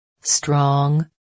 Strong